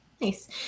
Nice